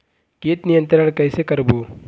कीट नियंत्रण कइसे करबो?